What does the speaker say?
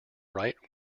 write